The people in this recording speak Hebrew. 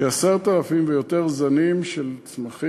יש בו למעלה מ-10,000 זנים של צמחים,